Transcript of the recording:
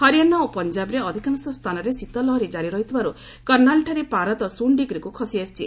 ହରିଅଣା ଓ ପଞ୍ଜାବରେ ଅଧିକାଂଶ ସ୍ଥାନରେ ଶୀତ ଲହରୀ କ୍କାରି ରହିଥିବାରୁ କର୍ଷ୍ଣାଲଠାରେ ପାରଦ ଜିରୋ ଡିଗ୍ରୀକୁ ଖସି ଆସିଛି